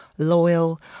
loyal